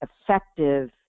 effective